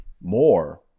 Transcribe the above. more